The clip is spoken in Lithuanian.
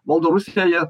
valdo rusiją